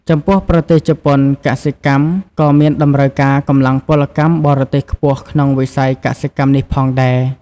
ចំពោះប្រទេសជប៉ុនកសិកម្មក៏មានតម្រូវការកម្លាំងពលកម្មបរទេសខ្ពស់ក្នុងវិស័យកសិកម្មនេះផងដែរ ។